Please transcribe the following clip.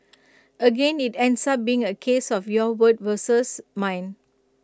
again IT ends up being A case of your word versus mine